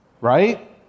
Right